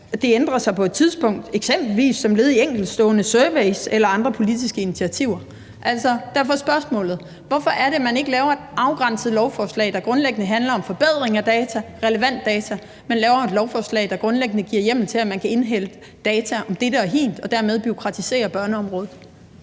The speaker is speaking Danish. ændrer sig på et senere tidspunkt som led i eksempelvis enkeltstående surveys eller politiske initiativer«. Derfor er spørgsmålet: Hvorfor er det, at regeringen ikke laver et afgrænset lovforslag, der grundlæggende handler om forbedring af relevant data, men laver et lovforslag, der grundlæggende giver hjemmel til, at man kan indhente data om dette og hint og dermed bureaukratisere børneområdet?